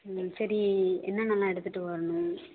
ம் சரி என்னென்னலாம் எடுத்துகிட்டு வரணும்